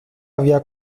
había